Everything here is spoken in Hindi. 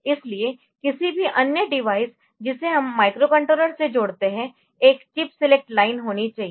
इसलिए किसी भी अन्य डिवाइस जिसे हम माइक्रोकंट्रोलर से जोड़ते है एक चिप सेलेक्ट लाइन होनी चाहिए